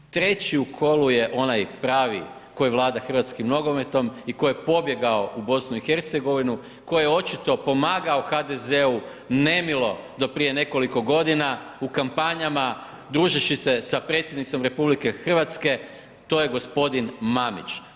Treći u kolu je onaj pravi koji vlada hrvatskim nogometom i koji je pobjegao u BiH, koji je očito pomagao HDZ-u nemilo do prije nekoliko godina u kampanjama druživši se sa Predsjednicom RH, to je g. Mamić.